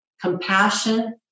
compassion